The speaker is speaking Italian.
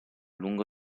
lungo